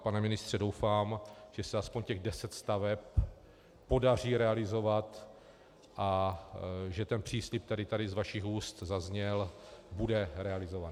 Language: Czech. Pane ministře, doufám, že se aspoň těch deset staveb podaří realizovat a že ten příslib, který tady z vašich úst zazněl, bude realizovaný.